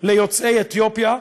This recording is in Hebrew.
ליוצאי אתיופיה,